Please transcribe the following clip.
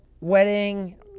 wedding